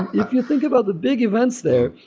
if you think of other big events there,